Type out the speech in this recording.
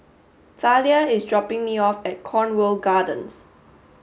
Thalia is dropping me off at Cornwall Gardens